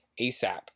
ASAP